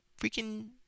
freaking